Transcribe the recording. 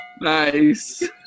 Nice